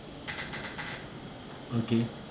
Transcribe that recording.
okay